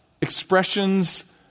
expressions